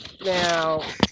Now